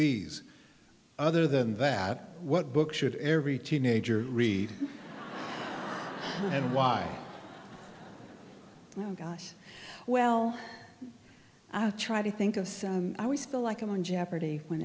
bees other than that what book should every teenager read oh gosh well i try to think of i always feel like i'm on jeopardy when